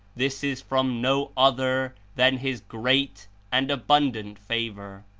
this is from no other than his great and abundant favor.